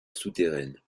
souterraine